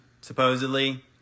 supposedly